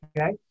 okay